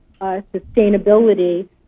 sustainability